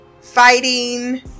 fighting